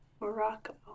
Morocco